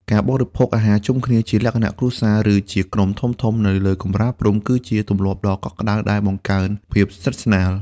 ការបរិភោគអាហារជុំគ្នាជាលក្ខណៈគ្រួសារ ឬជាក្រុមធំៗនៅលើកម្រាលព្រំ គឺជាទម្លាប់ដ៏កក់ក្តៅដែលបង្កើនភាពស្និទ្ធស្នាល។